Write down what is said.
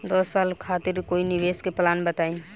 दस साल खातिर कोई निवेश के प्लान बताई?